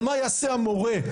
אבל מה יעשה המורה,